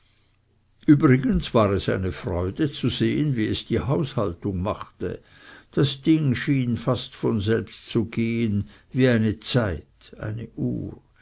übrigens war es eine freude zu sehen wie es die haushaltung machte das ding schien fast von selbst zu gehen wie ein zeit es